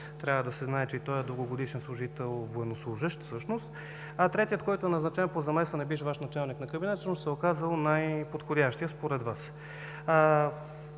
трябва да се знае, че и той е дългогодишен служител военнослужещ, а третият, който е назначен по заместване – бивш Ваш началник на кабинет, всъщност се е оказал най-подходящият според Вас.